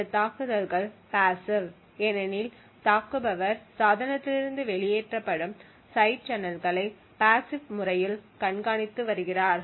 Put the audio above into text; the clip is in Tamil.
இந்த தாக்குதல்கள் பாஸிவ் ஏனெனில் தாக்குபவர் சாதனத்திலிருந்து வெளியேற்றப்படும் சைடு சேனல்களை பாஸிவ் முறையில் கண்காணித்து வருகிறார்